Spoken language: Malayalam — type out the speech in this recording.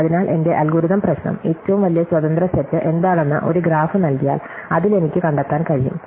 അതിനാൽ എന്റെ അൽഗോരിതം പ്രശ്നം ഏറ്റവും വലിയ സ്വാതന്ത്ര്യ സെറ്റ് എന്താണെന്ന് ഒരു ഗ്രാഫ് നൽകിയാൽ അതിൽ എനിക്ക് കണ്ടെത്താൻ കഴിയും